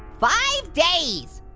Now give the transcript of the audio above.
five days!